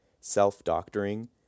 self-doctoring